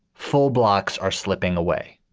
full blocks are slipping away.